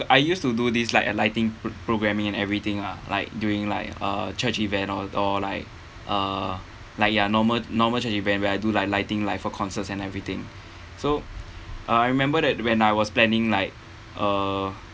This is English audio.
I used to do this like uh lighting pro~ programming and everything uh like doing like uh church event or like or like uh like ya normal normal church event where I do like lighting like for concerts and everything so I remember that when I was planning like uh